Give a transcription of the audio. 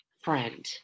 Friend